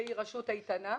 שהיא רשות איתנה.